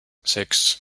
sechs